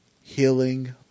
Healing